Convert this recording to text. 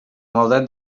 maldat